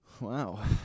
wow